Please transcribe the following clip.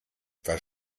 was